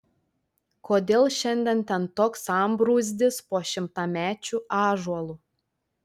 kodėl šiandien ten toks sambrūzdis po šimtamečiu ąžuolu